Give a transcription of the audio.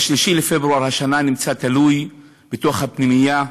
ב-3 בפברואר השנה נמצא תלוי בתוך הפנימייה.